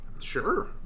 Sure